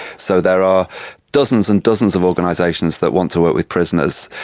so there are dozens and dozens of organisations that want to work with prisoners,